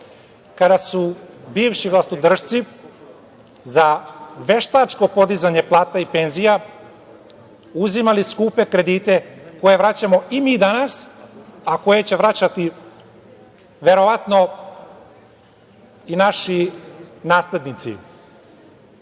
kada su bivši vlastodršci za veštačko podizanje plata i penzija, uzimali skupe kredite koje vraćamo i mi danas, a koje će vraćati verovatno i naši naslednici.U